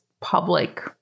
public